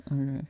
Okay